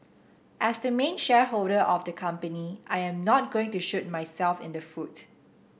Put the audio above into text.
as the main shareholder of the company I am not going to shoot myself in the foot